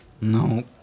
no